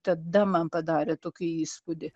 tada man padarė tokį įspūdį